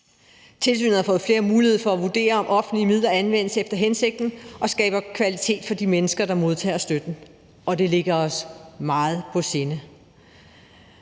Tilsynet har fået flere muligheder for at vurdere, om offentlige midler anvendes efter hensigten og skaber kvalitet for de mennesker, der modtager støtten, og det ligger os meget på sinde.